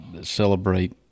celebrate